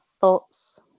thoughts